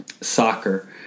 soccer